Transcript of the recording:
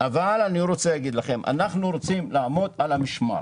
אבל אנחנו רוצים לעמוד על המשמר,